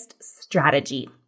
strategy